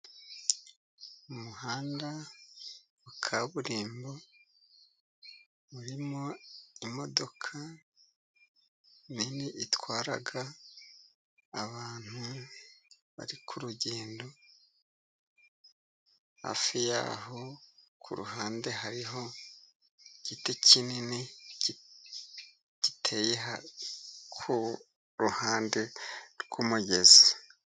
Umuhanda wa kaburimbo urimo imodoka nini itwara abantu bari ku rugendo, hafi yaho ku ruhande hariho igiti kinini, giteye ku ruhande rw'umugezi.